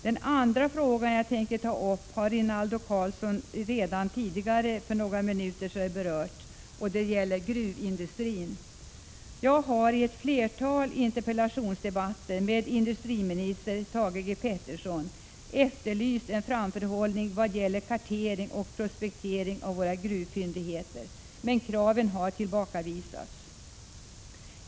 Det andra området jag tänker ta upp, gruvindustrin, har Rinaldo Karlsson redan tidigare berört. Jag har i ett flertal interpellationsdebatter med industriminister Thage G Peterson efterlyst en framförhållning vad gäller kartering och prospektering av våra gruvfyndigheter, men kraven har tillbakavisats.